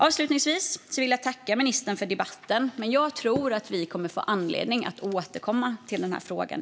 Avslutningsvis vill jag tacka ministern för debatten, men jag tror att vi kommer att få anledning att återkomma till frågan.